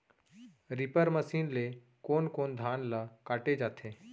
Reaper machine ले कोन कोन धान ल काटे जाथे?